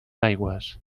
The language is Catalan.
aigües